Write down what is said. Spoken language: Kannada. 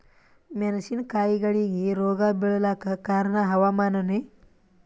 ಮೆಣಸಿನ ಕಾಯಿಗಳಿಗಿ ರೋಗ ಬಿಳಲಾಕ ಕಾರಣ ಹವಾಮಾನನೇ?